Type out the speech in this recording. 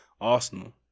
Arsenal